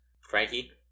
frankie